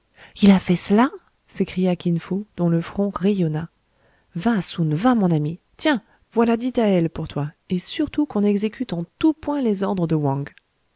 il a fait cela s'écria kin fo dont le front rayonna va soun va mon ami tiens voilà dix taëls pour toi et surtout qu'on exécute en tous points les ordres de wang